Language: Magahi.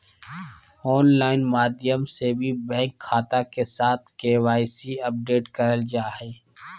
ऑनलाइन माध्यम से भी बैंक खाता के साथ के.वाई.सी अपडेट करल जा हय